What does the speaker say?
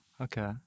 Okay